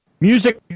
music